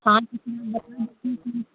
پانچ